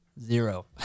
Zero